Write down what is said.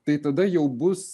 tai tada jau bus